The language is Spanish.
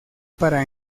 para